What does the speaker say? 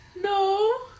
No